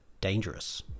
Dangerous